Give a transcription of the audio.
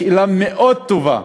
שאלה מאוד טובה,